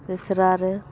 ᱛᱮᱥᱨᱟ ᱨᱮ